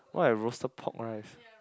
why have roasted pork rice